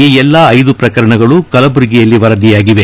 ಈ ಎಲ್ಲಾ ಐದು ಪ್ರಕರಣಗಳು ಕಲಬುರಗಿಯಲ್ಲಿ ವರದಿಯಾಗಿದೆ